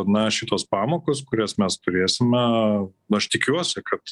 na šitos pamokos kurias mes turėsime aš tikiuosi kad